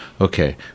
okay